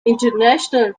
international